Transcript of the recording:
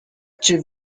cię